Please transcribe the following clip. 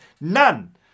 None